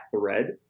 thread